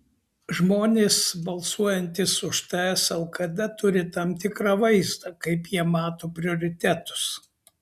žmonės balsuojantys už ts lkd turi tam tikrą vaizdą kaip jie mato prioritetus